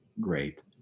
great